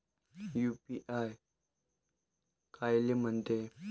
UPI कायले म्हनते?